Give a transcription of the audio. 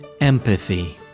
empathy